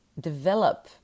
develop